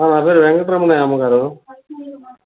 నా పేరు వెంకరమణయ్య అమ్మగారు